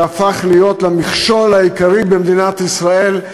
שהפך להיות למכשול העיקרי במדינת ישראל,